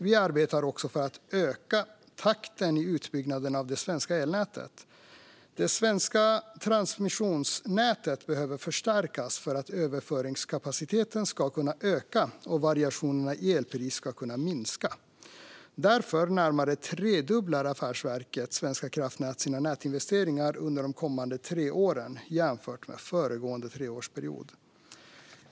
Vi arbetar också för att öka takten i utbyggnaden av det svenska elnätet. Det svenska transmissionsnätet behöver förstärkas för att överföringskapaciteten ska kunna öka och variationerna i elpris ska kunna minska. Därför närmare tredubblar Affärsverket svenska kraftnät sina nätinvesteringar under de kommande tre åren jämfört med föregående treårsperiod.